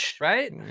right